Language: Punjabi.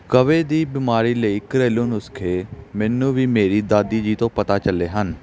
ਕਬਜ਼ ਦੀ ਬਿਮਾਰੀ ਲਈ ਘਰੇਲੂ ਨੁਸਖੇ ਮੈਨੂੰ ਵੀ ਮੇਰੀ ਦਾਦੀ ਜੀ ਤੋਂ ਪਤਾ ਚੱਲੇ ਹਨ